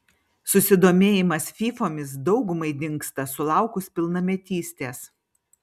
susidomėjimas fyfomis daugumai dingsta sulaukus pilnametystės